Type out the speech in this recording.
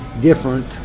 different